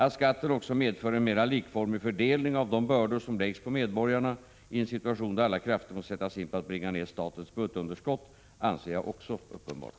Att skatten också medför en mera likformig fördelning av de bördor som läggs på medborgarna i en situation då alla krafter måste sättas in på att bringa ned statens budgetunderskott anser jag också uppenbart.